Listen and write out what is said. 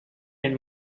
and